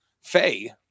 Faye